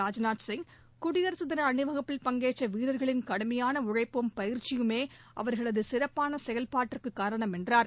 ராஜ்நாத் சிங் குடியரசு தின அணிவகுப்பில் பங்கேற்ற வீரர்களின் கடுமையான உழைப்பும் பயிற்சியுமே அவர்களது சிறப்பான செயல்பாட்டிற்கு காரணம் என்றார்